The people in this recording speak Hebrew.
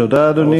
תודה, אדוני.